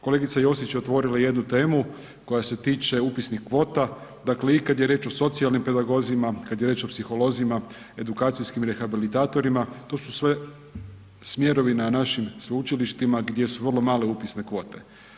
Kolegica Josić je otvorila jednu temu koja se tiče upisnih kvota, dakle i kad je riječ o socijalnim pedagozima, kad je riječ o psiholozima, edukacijskim rehabilitatorima to su sve smjerovi na našim sveučilištima gdje su vrlo male upisne kvote.